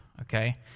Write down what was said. okay